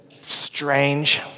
strange